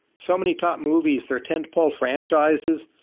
so many top movies, they're tent-pole franchises.